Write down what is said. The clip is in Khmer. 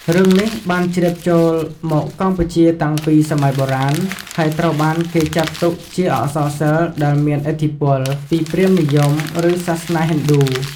រឿងនេះបានជ្រាបចូលមកកម្ពុជាតាំងពីសម័យបុរាណ ហើយត្រូវបានគេចាត់ទុកជាអក្សរសិល្ប៍ដែលមានឥទ្ធិពលពី ព្រាហ្មណ៍និយម ឬសាសនាហិណ្ឌូ។